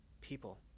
People